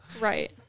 Right